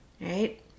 Right